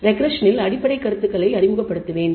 ரெஃரெஸ்ஸனின் அடிப்படைக் கருத்துக்களை அறிமுகப்படுத்துவேன்